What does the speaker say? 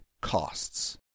Costs